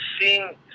seeing